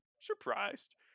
surprised